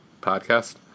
podcast